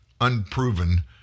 unproven